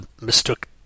mistook